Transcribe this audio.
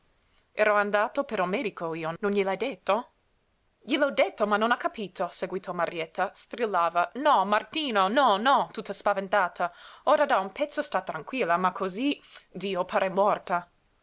ero andato per il medico io non gliel'hai detto gliel ho detto ma non ha capito seguitò marietta strillava no martino no no tutta spaventata ora da un pezzo sta tranquilla ma cosí dio pare morta